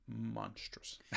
monstrous